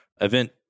event